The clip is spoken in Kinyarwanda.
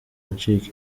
ncika